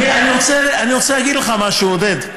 אני רוצה להגיד לך משהו, עודד.